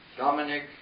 Dominic